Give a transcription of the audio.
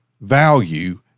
value